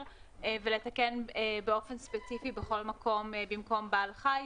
ולתקן באופן ספציפי בכל מקום במקום "בעל חי",